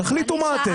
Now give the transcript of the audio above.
תחליטו מה אתם.